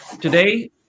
Today